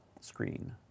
screen